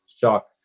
shock